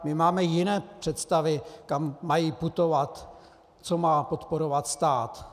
My máme jiné představy, kam mají putovat, co má podporovat stát.